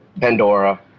Pandora